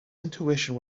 intuition